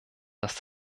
dass